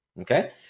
okay